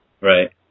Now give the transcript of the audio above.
Right